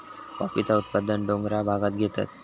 कॉफीचा उत्पादन डोंगराळ भागांत घेतत